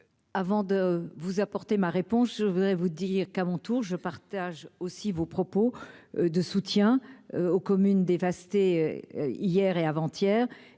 avant de vous apporter ma réponse, je voudrais vous dire qu'à mon tour je partage aussi vos propos de soutien aux communes dévastées, hier et avant-hier